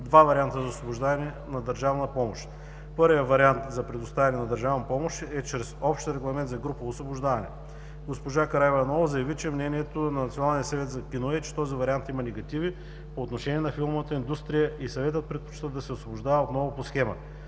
2 варианта за освобождаване на държавна помощ. Първият вариант за предоставяне на държавна помощ е чрез Общ регламент за групово освобождаване. Госпожа Караиванова заяви, че мнението на Националния съвет за кино е, че този вариант има негативи по отношение на филмовата индустрия и съветът предпочита да се освобождава отново по схема.